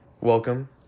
welcome